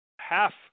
half